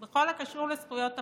בכל הקשור לזכויות הפרט.